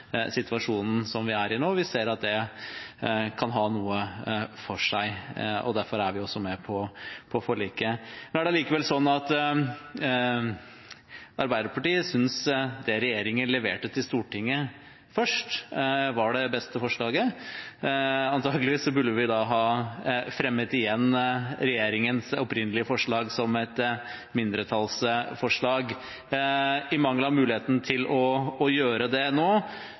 situasjonen som vi er i nå. Vi ser at det kan ha noe for seg. Derfor er vi også med på forliket. Nå er det allikevel sånn at Arbeiderpartiet synes det regjeringen leverte til Stortinget først, var det beste forslaget. Antakeligvis burde vi da ha fremmet igjen regjeringens opprinnelige forslag som et mindretallsforslag. I mangel av muligheten til å gjøre det nå